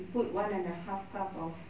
put one and a half cup of